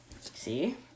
See